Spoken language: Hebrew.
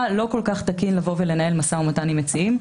לא כל כך תקין לנהל משא ומתן עם מציעים.